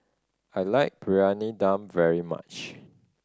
I like Briyani Dum very much